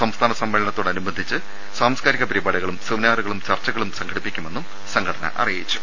സംസ്ഥാന സമ്മേളനത്തോടനുബന്ധിച്ച് സാംസ്കാരിക പരിപാ ടികളും സെമിനാറുകളും ചർച്ചകളും സംഘടിപ്പിക്കുമെന്നും സംഘടന അറി യിച്ചു